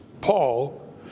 Paul